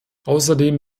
außerdem